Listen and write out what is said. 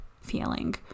feeling